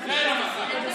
בבקשה, כבוד השר.